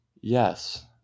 yes